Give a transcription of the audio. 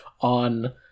on